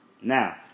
Now